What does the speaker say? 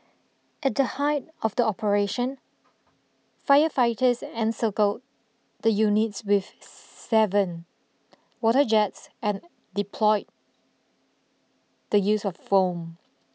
at the height of the operation firefighters encircled the units with seven water jets and deployed the use of foam